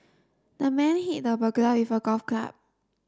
the man hit the burglar with a golf club